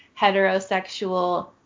heterosexual